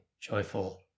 joyful